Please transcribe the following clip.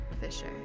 Fisher